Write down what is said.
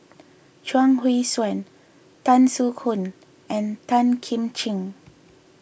Chuang Hui Tsuan Tan Soo Khoon and Tan Kim Ching